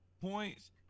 points